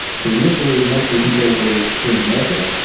so initially, most of the people were here in america.